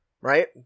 right